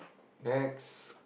next